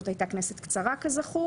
זאת הייתה כנסת קצרה כזכור,